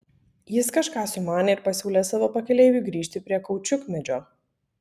jis kažką sumanė ir pasiūlė savo pakeleiviui grįžti prie kaučiukmedžio